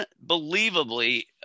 Unbelievably